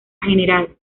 general